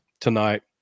Tonight